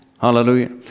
Hallelujah